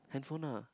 handphone ah